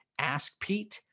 askpete